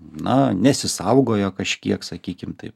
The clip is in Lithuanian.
na nesisaugojo kažkiek sakykime taip